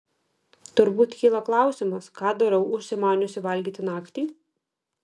turbūt kyla klausimas ką darau užsimaniusi valgyti naktį